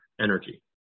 energy